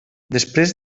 després